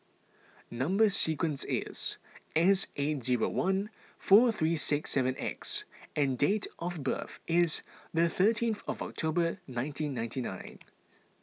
Number Sequence is S eight zero one four three seven X and date of birth is the thirteenth of October nineteen ninety nine